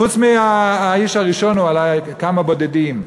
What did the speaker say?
חוץ מהאיש הראשון או אולי כמה בודדים,